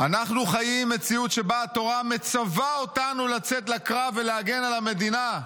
"אנחנו חיים מציאות שבה התורה מצווה אותנו לצאת לקרב ולהגן על המדינה".